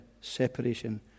separation